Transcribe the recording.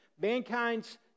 Mankind's